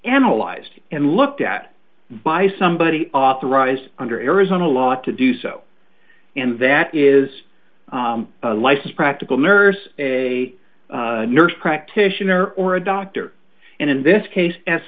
analyzed and looked at by somebody authorized under arizona law to do so and that is a license practical nurse a nurse practitioner or a doctor and in this case as